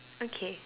okay